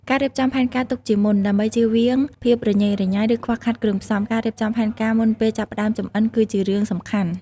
ការរៀបចំផែនការទុកជាមុនដើម្បីចៀសវាងភាពរញ៉េរញ៉ៃ ឬខ្វះខាតគ្រឿងផ្សំ ការរៀបចំផែនការមុនពេលចាប់ផ្តើមចម្អិនគឺជារឿងសំខាន់ ។